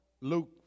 Luke